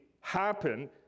happen